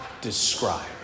describe